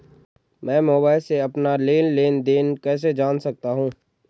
मैं मोबाइल से अपना लेन लेन देन कैसे जान सकता हूँ?